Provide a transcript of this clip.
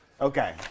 Okay